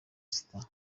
sita